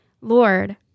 Lord